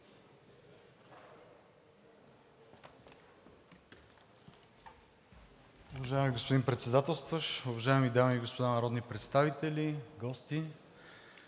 Уважаеми господин Председателстващ, уважаеми дами и господа народни представители, гости!